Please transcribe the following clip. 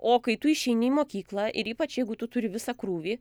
o kai tu išeini į mokyklą ir ypač jeigu tu turi visą krūvį